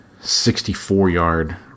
64-yard